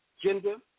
gender